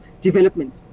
development